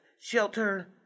shelter